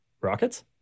Rockets